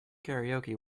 karaoke